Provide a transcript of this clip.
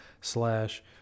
slash